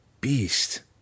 beast